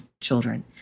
children